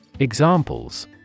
Examples